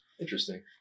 Interesting